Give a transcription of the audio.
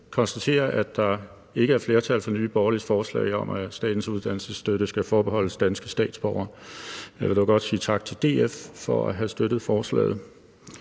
konstatere, at der ikke er flertal for Nye Borgerliges forslag om, at Statens Uddannelsesstøtte skal forbeholdes danske statsborgere. Jeg vil dog godt sige tak til DF for at have støttet forslaget.